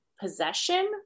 possession